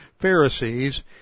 Pharisees